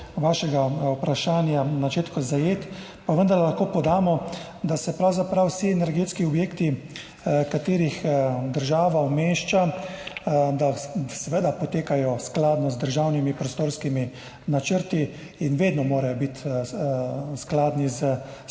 vašega vprašanja, na začetku zajet, pa vendarle lahko podamo, da pravzaprav vsi energetski objekti, ki jih država umešča, seveda potekajo skladno z državnimi prostorskimi načrti in morajo vedno biti skladni s